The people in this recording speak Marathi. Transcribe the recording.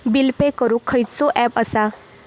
बिल पे करूक खैचो ऍप असा?